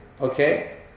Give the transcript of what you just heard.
okay